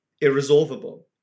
irresolvable